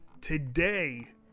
today